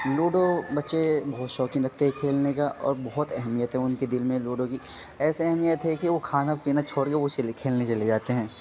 ludo بچے بہت شوقین رکھتے ہیں کھیلنے کا اور بہت اہمیت ہے ان کے دل میں لوڈو کی ایسے اہمیت ہے کہ وہ کھانا پینا چھوڑ کے وہ اسے لے کھیلنے چلے جاتے ہیں